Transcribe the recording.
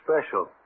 special